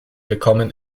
bekommen